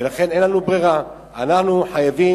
ולכן אין לנו ברירה, אנחנו חייבים,